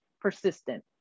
persistent